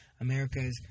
America's